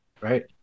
Right